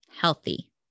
healthy